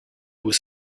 was